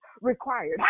required